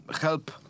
help